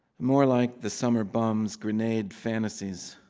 more like the summer bum's grenade fantasies.